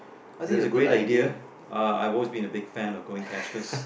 I think it's a great idea uh I always been a big fan of going cashless